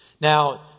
Now